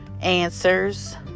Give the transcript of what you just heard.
answers